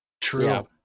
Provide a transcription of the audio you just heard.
True